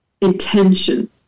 intention